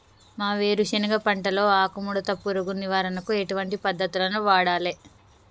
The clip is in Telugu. మా వేరుశెనగ పంటలో ఆకుముడత పురుగు నివారణకు ఎటువంటి పద్దతులను వాడాలే?